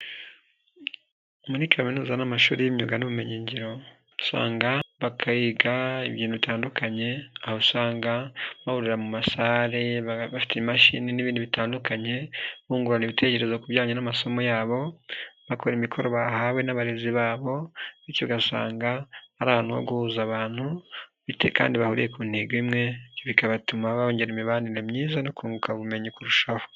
Muri kaminuza n'amashuri y'imyuga n'ubumenyingiro, usanga bakayiga ibintu bitandukanye, aho usanga bahurira mu masare bafite imashini n'ibindi bitandukanye bungurana ibitekerezo kujyanye n'amasomo yabo, bakora imikoro bahawe n'abarezi babo bityo ugasanga ari ahantu ho guhuza abantu bite kandi bahuriye ku ntego imwe bikanatuma bongera imibanire myiza no kunguka ubumenyi kurushaho.